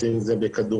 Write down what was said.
אם זה בכדורים,